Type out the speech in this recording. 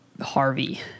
Harvey